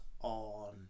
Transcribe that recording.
on